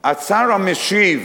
השר המשיב,